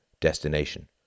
destination